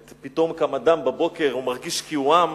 את "פתאום קם אדם בבוקר ומרגיש כי הוא עם".